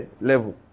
level